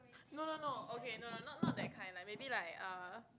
no no no okay no no not that kind maybe like uh